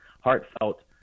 heartfelt